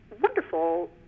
wonderful